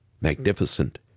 magnificent